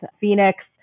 Phoenix